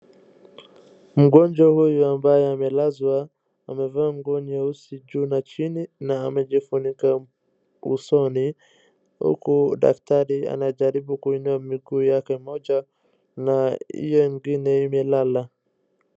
Mgonjwa huyu ambaye amelazwa amevaa nguo nyeusi juu na chini na amejifunika usoni huku dakatar anajaribu kuinua mguu yake moja huku hiyo ingine imelala.